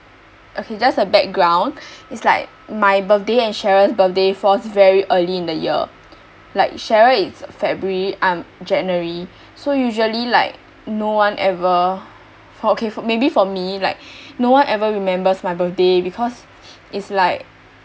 okay just a background it's like my birthday and cheryl's birthday falls very early in the year like cheryl is february I'm january so usually like no one ever for okay for maybe for me like no one ever remembers my birthday because it's like